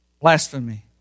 Blasphemy